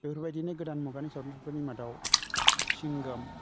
बेफोरबादिनो गोदान मुगानि सावथुनफोरनि मादाव सिंगम